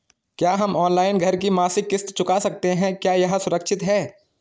क्या हम ऑनलाइन घर की मासिक किश्त चुका सकते हैं क्या यह सुरक्षित है?